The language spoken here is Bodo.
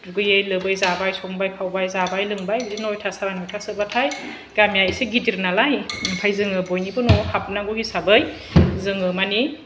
दुगैयै लोबै जाबाय संबाय खावबाय जाबाय लोंबाय बिदि नयथा साराय नयथासोबाथाय गामिया एसे गिदिर नालाय आमफाय जोङो बयनिबो न'आव हाबनांगौ हिसाबै जोङो मानि